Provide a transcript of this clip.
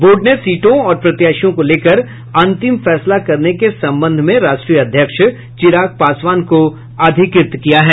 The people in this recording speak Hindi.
बोर्ड ने सीटों और प्रत्याशियों को लेकर अंतिम फैसला करने के संबंध में राष्ट्रीय अध्यक्ष चिराग पासवान को अधिकृत किया है